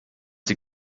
die